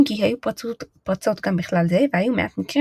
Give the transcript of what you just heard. אם כי היו פרצות גם בכלל זה והיו מעט מקרים